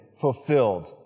fulfilled